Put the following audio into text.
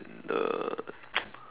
the